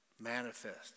manifest